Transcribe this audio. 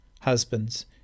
Husbands